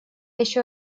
еще